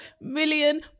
million